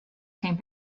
came